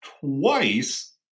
twice